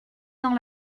dans